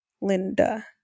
Linda